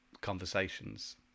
conversations